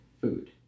Food